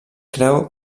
creu